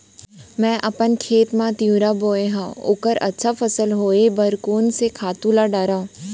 मैं अपन खेत मा तिंवरा बोये हव ओखर अच्छा फसल होये बर कोन से खातू ला डारव?